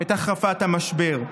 את החרפת המשבר.